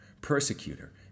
persecutor